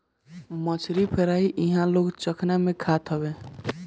मछरी फ्राई इहां लोग चखना में खात हवे